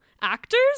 actors